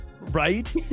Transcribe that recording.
right